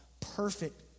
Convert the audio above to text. perfect